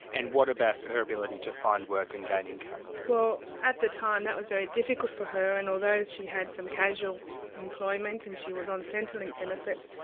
and what about her ability to find work and gain income? well at the time, that was very difficult for her, and although she had some occasional employment, and she was on centrelink benefits,